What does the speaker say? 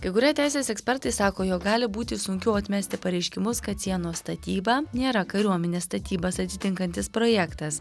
kai kurie teisės ekspertai sako jog gali būti sunkiau atmesti pareiškimus kad sienos statyba nėra kariuomenės statybas atitinkantis projektas